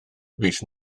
fis